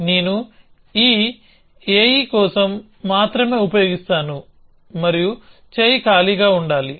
నేను ఈ AE కోసం మాత్రమే ఉపయోగిస్తాను మరియు చేయి ఖాళీగా ఉండాలి